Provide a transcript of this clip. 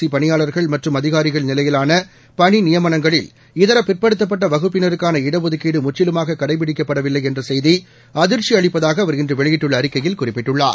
C நிலையிலான பணிநியமனங்களில் இதர் பிற்படுத்தப்பட்ட வகுப்பினருக்கான இடஒதுக்கீடு முற்றிலுமாக கடைபிடிக்கப்படவில்லை என்ற செய்தி அதிர்ச்சி அளிப்பதாக அவர் இன்று வெளியிட்டுள்ள அறிக்கையில் குறிப்பிட்டுள்ளார்